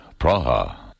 Praha